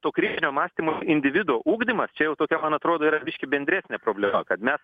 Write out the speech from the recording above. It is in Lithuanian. to kritinio mąstymo individo ugdymas čia jau tokia man atrodo yra biškį bendresnė problema kad mes